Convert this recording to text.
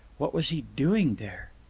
what was he doing there?